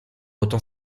autant